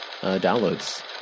downloads